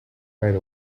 right